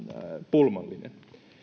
pulmallista